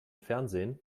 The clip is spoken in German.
fernsehen